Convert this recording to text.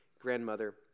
grandmother